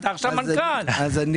אתה מנכ"ל עכשיו.